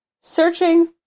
searching